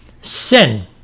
sin